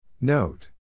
Note